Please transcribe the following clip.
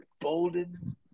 Bolden